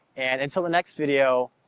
and until the next video,